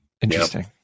Interesting